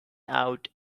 out